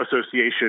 Association